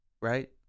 Right